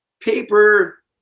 paper